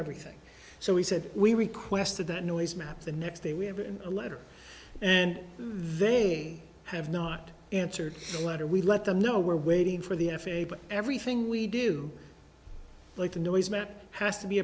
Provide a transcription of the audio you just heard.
everything so we said we requested that noise map the next day we have a letter and they have not answered the letter we let them know we're waiting for the f a a but everything we do like the noise mat has to be